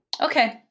Okay